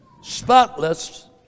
spotless